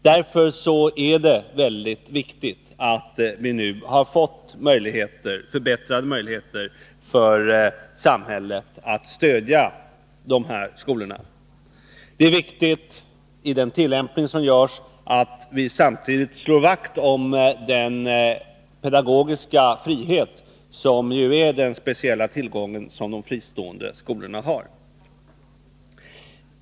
Därför är det väldigt viktigt att vi nu har fått förbättrade möjligheter för samhället att stödja de här skolorna. Det är viktigt att vi i tillämpningen samtidigt slår vakt om den pedagogiska frihet som ju är den speciella tillgången för de fristående skolorna.